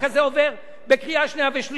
איך נשב כולנו בקואליציה?